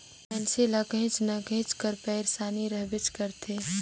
मइनसे ल काहीं न काहीं कर पइरसानी रहबेच करथे